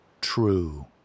true